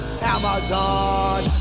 Amazon